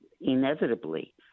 inevitably